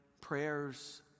prayers